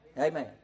Amen